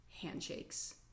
handshakes